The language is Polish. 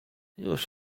już